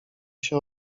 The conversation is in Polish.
się